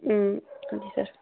okay sir